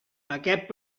aquest